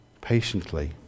patiently